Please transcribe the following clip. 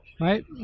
right